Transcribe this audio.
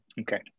Okay